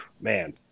man